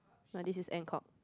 ah this is Ann-Kok